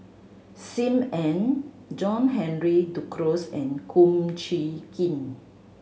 Sim Ann John Henry Duclos and Kum Chee Kin